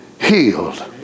healed